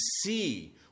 see